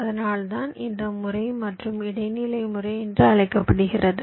அதனால்தான் இந்த முறை மற்றும் இடைநிலை முறை என்று அழைக்கப்படுகிறது